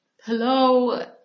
Hello